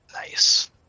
Nice